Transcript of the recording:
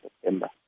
September